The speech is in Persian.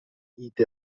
ایده